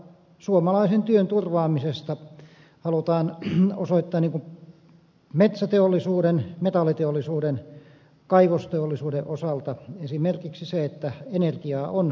suomalaisen työn turvaamisessa halutaan osoittaa metsäteollisuuden metalliteollisuuden kaivosteollisuuden osalta esimerkiksi se että energiaa on tässä maassa